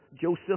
Joseph